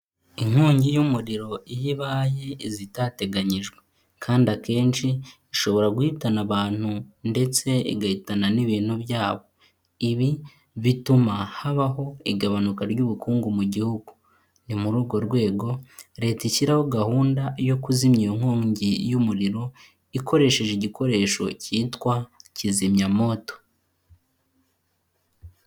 Inkongi y'umuriro iyo ibaye iza itateganyijwe. Kandi akenshi ishobora guhitana abantu ndetse igahitana n'ibintu byabo. Ibi bituma habaho igabanuka ry'ubukungu mu gihugu. Ni muri urwo rwego Leta ishyiraho gahunda yo kuzimya iyo nkongi y'umuriro, ikoresheje igikoresho cyitwa kizimyamoto.